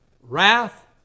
wrath